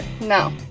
no